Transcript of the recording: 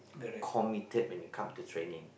committed when you come to training